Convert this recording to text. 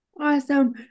Awesome